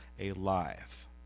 alive